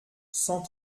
cent